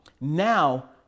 Now